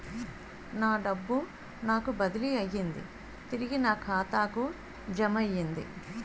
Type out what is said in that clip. నా డబ్బు నాకు బదిలీ అయ్యింది తిరిగి నా ఖాతాకు జమయ్యింది